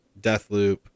Deathloop